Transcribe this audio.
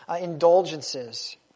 indulgences